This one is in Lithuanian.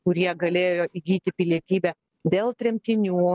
kurie galėjo įgyti pilietybę dėl tremtinių